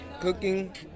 cooking